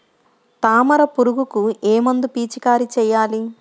తామర పురుగుకు ఏ మందు పిచికారీ చేయాలి?